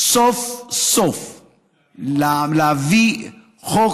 להביא סוף-סוף חוק